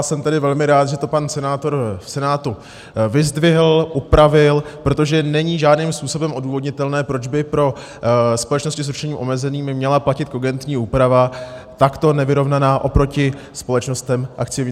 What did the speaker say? Jsem tedy velmi rád, že to pan senátor v Senátu vyzdvihl, upravil, protože není žádným způsobem odůvodnitelné, proč by pro společnosti s ručením omezeným měla platit kogentní úprava takto nevyrovnaná oproti společnostem akciovým.